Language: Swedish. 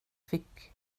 fick